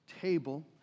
table